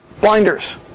Blinders